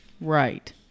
Right